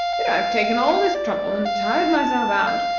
here i've taken all this trouble, and tired myself out,